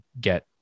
get